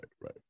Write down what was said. right